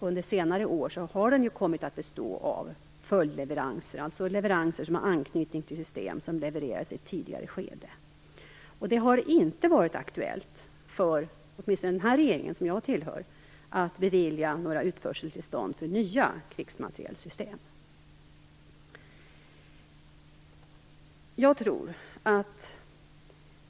Under senare år har den kommit att bestå av följdleveranser, alltså leveranser som har anknytning till system som levererades i ett tidigare skede. Det har inte varit aktuellt, åtminstone inte för den här regeringen, som jag tillhör, att bevilja några utförseltillstånd för nya krigsmaterielsystem.